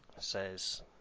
says